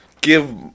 give